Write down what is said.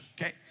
okay